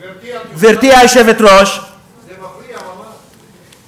גברתי, גברתי היושבת, זה מפריע ממש.